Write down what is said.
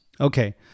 Okay